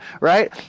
right